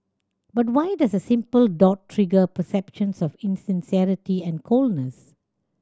but why does a simple dot trigger perceptions of insincerity and coldness